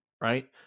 Right